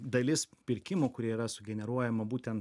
dalis pirkimų kurie yra sugeneruojama būtent